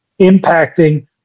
impacting